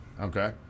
okay